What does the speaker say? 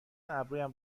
ابرویم